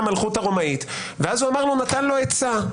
ואז הוא נתן לו עצה: